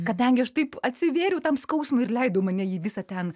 kadangi aš taip atsivėriau tam skausmui ir leidau mane jį visą ten